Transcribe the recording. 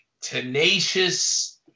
tenacious